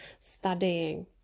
studying